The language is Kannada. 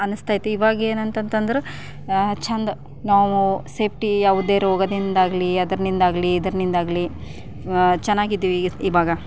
ಅನ್ನಿಸ್ತಾಯಿತ್ತು ಇವಾಗೇನಂತಂದ್ರೆ ಚೆಂದ ನಾವು ಸೇಫ್ಟಿ ಯಾವುದೇ ರೋಗದಿಂದಾಗಲಿ ಅದರಿಂದಾಗ್ಲಿ ಇದರಿಂದಾಗ್ಲಿ ಚೆನ್ನಾಗಿದ್ದೀವಿ ಇವಾಗ